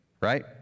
right